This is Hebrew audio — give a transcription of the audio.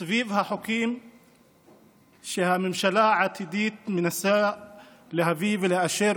סביב החוקים שהממשלה העתידית מנסה להביא ולאשר,